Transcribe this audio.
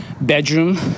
bedroom